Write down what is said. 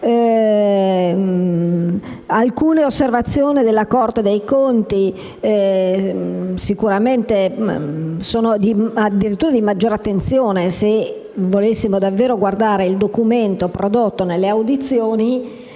Alcune osservazioni della Corte dei conti sono addirittura di maggior attenzione: se volessimo davvero guardare al documento prodotto nel corso delle audizioni,